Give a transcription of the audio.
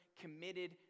committed